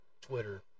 Twitter